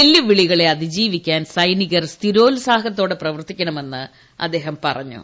വെല്ലുവിളികളെ അതിജീവിക്കാൻ സൈനികർ സ്ഥിരോത്സാഹത്തോടെ പ്രവർത്തിക്കണമെന്ന് അദ്ദേഹം പറഞ്ഞു